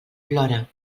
plora